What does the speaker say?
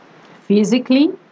physically